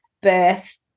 birth